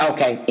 Okay